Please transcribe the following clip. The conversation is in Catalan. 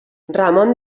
ramon